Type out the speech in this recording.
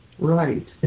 Right